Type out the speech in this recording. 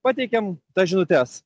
pateikėm tas žinutes